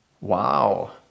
Wow